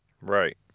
Right